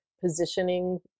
positioning